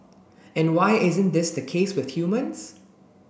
and why isn't this the case with humans